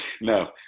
No